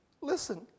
Listen